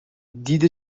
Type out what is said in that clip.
دید